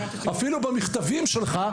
אפילו במכתבים שלך,